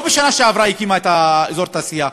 לא בשנה שעברה היא הקימה את אזור התעשייה,